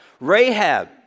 Rahab